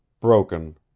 broken